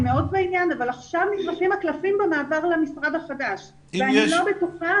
הם מאוד בעניין אבל עכשיו במעבר למשרד החדש אני לא בטוחה